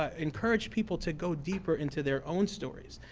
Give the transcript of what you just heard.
ah encouraged people to go deeper into their own stories.